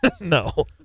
No